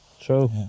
true